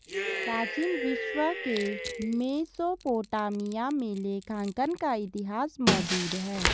प्राचीन विश्व के मेसोपोटामिया में लेखांकन का इतिहास मौजूद है